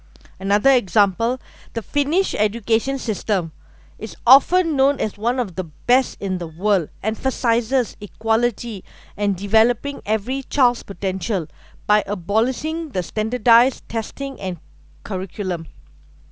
another example the finnish education system is often known as one of the best in the world and emphasises equality and developing every child's potential by abolishing the standardised testing and curriculum